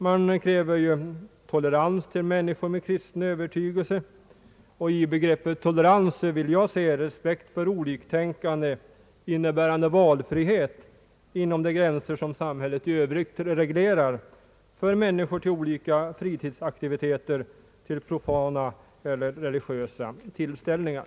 Man kräver tolerans mot människor med kristen övertygelse. I begreppet tolerans vill jag lägga in respekt för oliktänkande, innebärande valfrihet — inom de gränser samhället i övrigt ställer upp — att utöva olika fritidsaktiviteter eller delta i profana eller religiösa tillställningar.